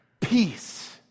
peace